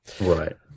Right